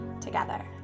together